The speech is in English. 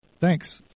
Thanks